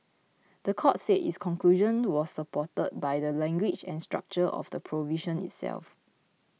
the court said its conclusion was supported by the language and structure of the provision itself